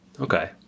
Okay